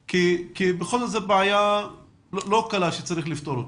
בכל זאת, זו בעיה לא קלה שצריכה פתרון.